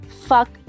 fuck